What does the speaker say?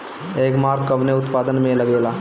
एगमार्क कवने उत्पाद मैं लगेला?